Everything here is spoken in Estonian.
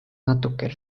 natukene